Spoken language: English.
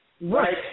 Right